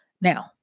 Now